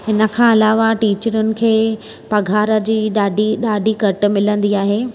हिन खां अलावा टीचरुनि खे पघार जी ॾाढी ॾाढी घटि मिलंदी आहे